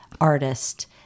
artist